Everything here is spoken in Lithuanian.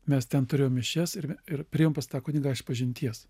mes ten turėjom mišias ir ir priėjom pas tą kunigą išpažinties